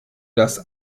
das